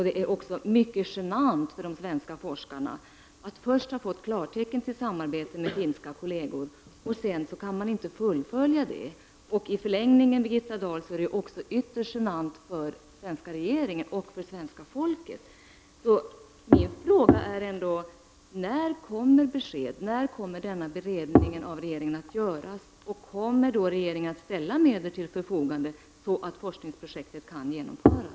Det är också mycket genant för de svenska forskarna att först ha fått klartecken för ett samarbete med finska kolleger och sedan inte kunna fullfölja det. I förlängningen, Birgitta Dahl, är det ytterst genant också för den svenska regeringen och för svenska folket. Min fråga är: När kommer det besked? När kommer regeringen att göra sin beredning? Kommer regeringen då att ställa medel till förfogande, så att forskningsprojektet kan genomföras?